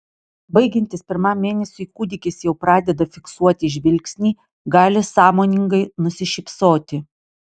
baigiantis pirmam mėnesiui kūdikis jau pradeda fiksuoti žvilgsnį gali sąmoningai nusišypsoti